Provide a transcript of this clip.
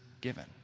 given